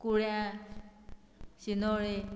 कुळ्या शिनोळे